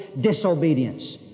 disobedience